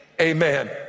Amen